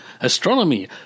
astronomy